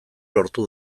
lortu